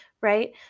right